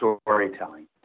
storytelling